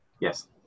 Yes